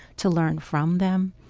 to learn from them,